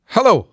Hello